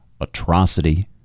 atrocity